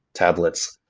tablets,